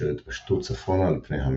אשר התפשטו צפונה על פני המישור.